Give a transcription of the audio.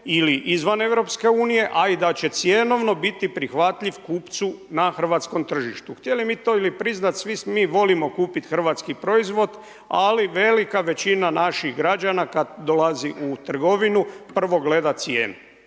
ili izvan Europske unije, a i da će cjenovno biti prihvatljiv kupcu na hrvatskom tržištu. Htjeli mi to priznat svi mi volimo kupiti hrvatski proizvod, ali velika većina naših građana kad dolazi u trgovinu prvo gleda cijenu